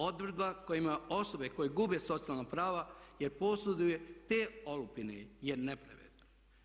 Odredba kojima osobe koje gube socijalna prava jer posjeduje te olupine je nepravedna.